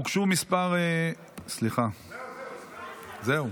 הוגשו מספר, סליחה, זהו.